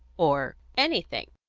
or anything.